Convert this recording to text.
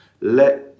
let